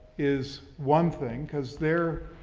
is one thing cause they're,